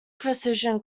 precision